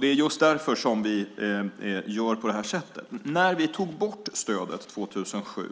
Det är just därför som vi gör på det här sättet. När vi tog bort stödet 2007